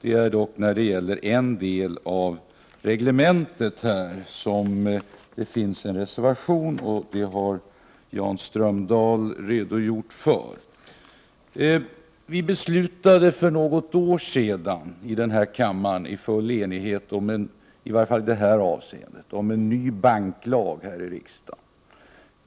En reservation har emellertid fogats till betänkandet, och den gäller en del av reglementet. Jan Strömdahl har redogjort för denna reservation. För något år sedan fattade vi i denna kammare i full enighet, åtminstone i detta avseende, beslut om en ny banklag.